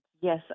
Yes